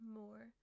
more